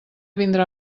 vindrà